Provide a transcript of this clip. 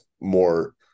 more